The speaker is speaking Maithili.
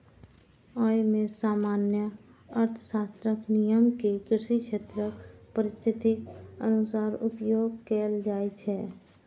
अय मे सामान्य अर्थशास्त्रक नियम कें कृषि क्षेत्रक परिस्थितिक अनुसार उपयोग कैल जाइ छै